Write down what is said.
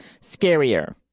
scarier